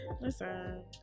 Listen